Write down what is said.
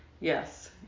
Yes